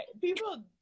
People